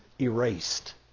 erased